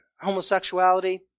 homosexuality